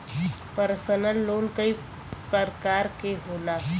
personal loan कई परकार के होला